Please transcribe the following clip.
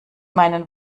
meinen